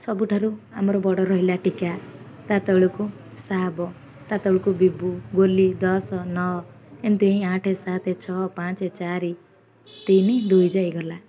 ସବୁଠାରୁ ଆମର ବଡ଼ ରହିଲା ଟୀକା ତା' ତଳକୁ ଶାବ ତା' ତଳକୁ ବିଭୁ ଗୁଲି ଦଶ ନଅ ଏମିତି ହିଁ ଆଠ ସାତ ଛଅ ପାଞ୍ଚ ଚାରି ତିନି ଦୁଇ ଯାଏଁ ଗଲା